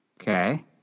Okay